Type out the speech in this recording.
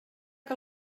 que